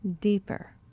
deeper